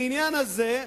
לעניין הזה,